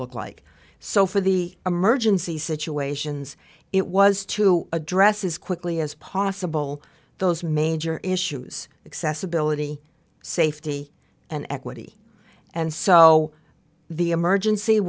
look like so for the emergency situations it was to address as quickly as possible those major issues accessibility safety and equity and so the emergency